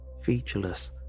featureless